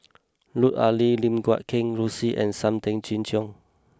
Lut Ali Lim Guat Kheng Rosie and Sam Tan Chin Siong